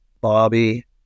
Bobby